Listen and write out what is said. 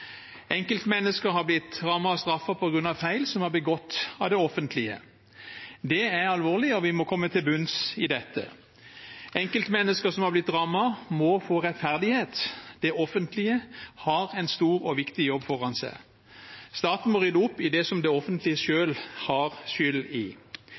Enkeltmennesker har blitt rammet og straffet på grunn av feil som er begått av det offentlige. Det er alvorlig, og vi må komme til bunns i dette. Enkeltmennesker som har blitt rammet, må få rettferdighet. Det offentlige har en stor og viktig jobb foran seg. Staten må rydde opp i det som det offentlige selv har skyld i.